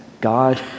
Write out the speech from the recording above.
God